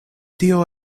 tio